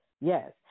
Yes